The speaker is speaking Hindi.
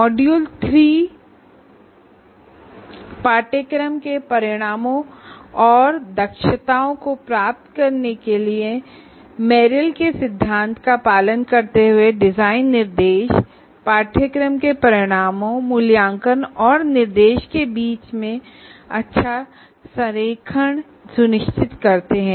मॉड्यूल 3 कोर्स आउटकम और कंपटेंसीज प्राप्त करने के लिए मेरिल प्रिंसिपल्स Merrills Principles पर आधारित design instruction course outcome assessments और इंस्ट्रक्शन के बीच अच्छा अलाइनमेंट सुनिश्चित करते हैं